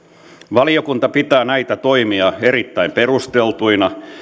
valiokunta pitää näitä toimia erittäin perusteltuina